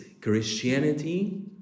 Christianity